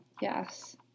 Yes